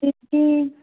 किसकी